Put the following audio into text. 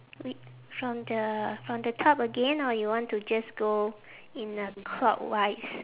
w~ from the from the top again or you want to just go in a clockwise